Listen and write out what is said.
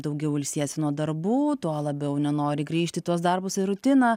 daugiau ilsiesi nuo darbų tuo labiau nenori grįžt į tuos darbus į rutiną